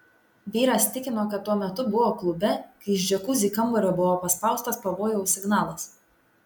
vyras tikino kad tuo metu buvo klube kai iš džiakuzi kambario buvo paspaustas pavojaus signalas